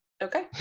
Okay